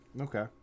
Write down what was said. Okay